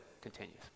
continues